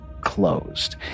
closed